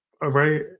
Right